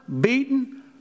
beaten